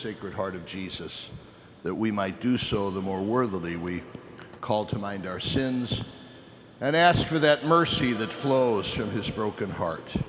sacred heart of jesus that we might do so the more worthy we call to mind our sins and ask for that mercy that flows from his broken heart